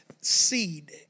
seed